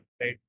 right